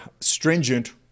stringent